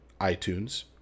iTunes